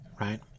right